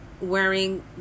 wearing